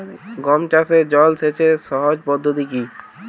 গম চাষে জল সেচের সহজ পদ্ধতি কি?